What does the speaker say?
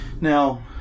Now